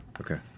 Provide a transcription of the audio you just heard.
Okay